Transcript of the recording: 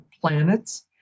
planets